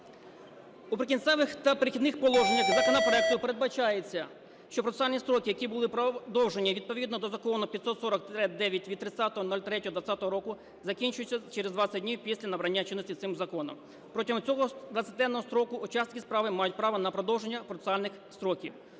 У "Прикінцевих та перехідних положеннях" законопроекту передбачається, що процесуальні строки, які були продовжені відповідно до Закону 540-ІХ від 30.03.2020 року, закінчуються через 20 днів після набрання чинності цим законом. Протягом цього 20-денного строку учасники справи мають право на продовження процесуальних строків.